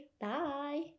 Bye